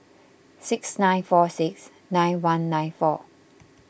six nine four six nine one nine four